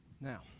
Now